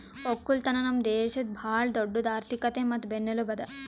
ಒಕ್ಕಲತನ ನಮ್ ದೇಶದ್ ಭಾಳ ದೊಡ್ಡುದ್ ಆರ್ಥಿಕತೆ ಮತ್ತ ಬೆನ್ನೆಲುಬು ಅದಾ